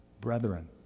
brethren